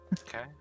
Okay